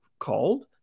called